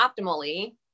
optimally